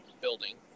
building